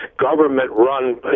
government-run